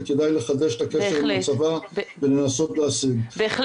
וכדאי לחדש את הקשר עם הצבא ולעשות את הסקר.